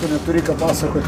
tu neturi ką pasakot